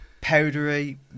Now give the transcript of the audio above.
Powdery